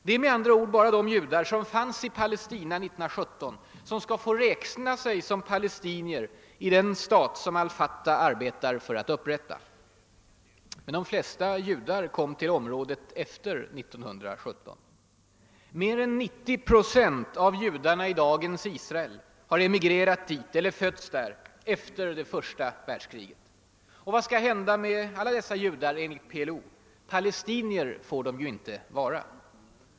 Det är med andra ord bara de judar som fanns i Palestina 1917 som skall få räkna sig som palestinier i den stat som al Fatah arbetar för att upprätta. Men de flesta judar kom till området efter 1917. Mer än 90 procent av judarna i dagens Israel har emigrerat dit eller fötts där efter det första världskriget. Vad skall då hända med alla dessa judar enligt PLO? »Palestinier» får de ju inte vara.